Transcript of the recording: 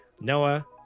Noah